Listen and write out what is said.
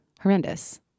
horrendous